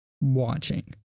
watching